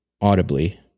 audibly